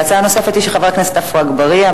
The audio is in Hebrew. וההצעה הנוספת היא של חבר הכנסת עפו אגבאריה.